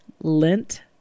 Lint